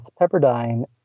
Pepperdine